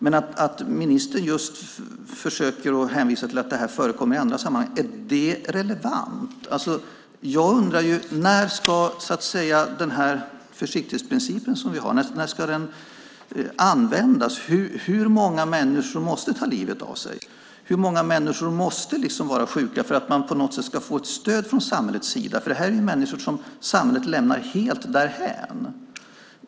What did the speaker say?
Men ministern hänvisar till att detta förekommer i andra sammanhang. Är det relevant? När ska den försiktighetsprincip som vi har användas? Hur många människor måste ta livet av sig? Hur många människor måste vara sjuka för att man på något sätt ska få ett stöd från samhällets sida? Detta är människor som samhället lämnar helt därhän.